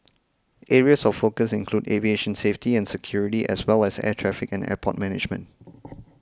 areas of focus include aviation safety and security as well as air traffic and airport management